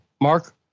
Mark